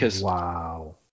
Wow